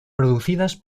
producidas